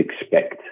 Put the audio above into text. expect